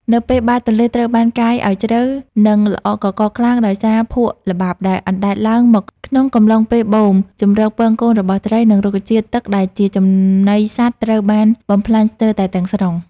នៅពេលបាតទន្លេត្រូវបានកាយឱ្យជ្រៅ និងល្អក់កករខ្លាំងដោយសារភក់ល្បាប់ដែលអណ្តែតឡើងមកក្នុងកំឡុងពេលបូម ជម្រកពងកូនរបស់ត្រី និងរុក្ខជាតិទឹកដែលជាចំណីសត្វត្រូវបានបំផ្លាញស្ទើរតែទាំងស្រុង។